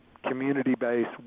community-based